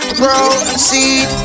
proceed